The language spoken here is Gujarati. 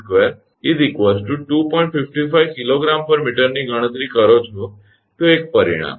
55 𝐾𝑔 𝑚 ની ગણતરી કરો છો તો એક પરિણામ